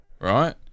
right